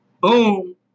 Boom